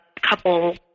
couple